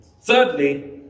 Thirdly